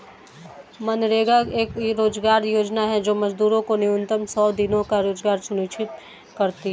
मनरेगा एक रोजगार योजना है जो मजदूरों को न्यूनतम सौ दिनों का रोजगार सुनिश्चित करती है